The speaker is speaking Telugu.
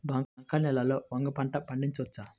బంక నేలలో వంగ పంట పండించవచ్చా?